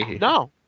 No